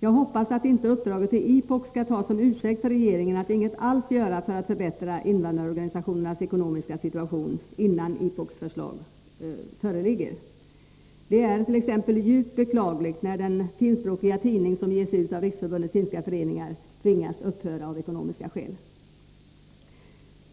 Jag hoppas att inte uppdraget till IPOK skall tas som ursäkt för regeringen att inget alls göra för att förbättra invandrarorganisationernas ekonomiska situation innan IPOK:s förslag föreligger. Det är t.ex. djupt beklagligt när den finskspråkiga tidning som ges ut av Riksförbundet finska föreningar av ekonomiska skäl tvingas upphöra.